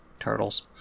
turtles